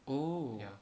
oh